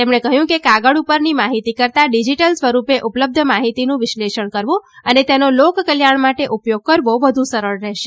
તેમણે કહ્યું કે કાગળ ઉપરની માહિતી કરતા ડિજીટલ સ્વરૂપે ઉપલબ્ધ માહિતીનું વિશ્લેષણ કરવું અને તેનો લોકકલ્યાણ માટે ઉપયોગ કરવો વધુ સરળ રહેશે